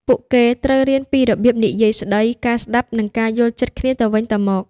ពួកគេត្រូវរៀនពីរបៀបនិយាយស្តី ការស្តាប់ និងការយល់ចិត្តគ្នាទៅវិញទៅមក។